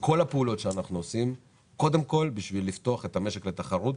כל הפעולות שאנחנו עושים הן קודם כל בשביל לפתוח את המשק לתחרות.